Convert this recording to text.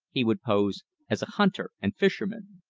he would pose as a hunter and fisherman.